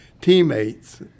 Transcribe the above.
teammates